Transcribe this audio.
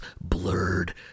Blurred